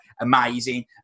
amazing